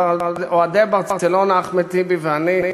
אוהדי "ברצלונה", אחמד טיבי ואני,